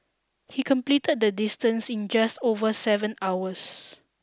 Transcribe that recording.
he completed the distance in just over seven hours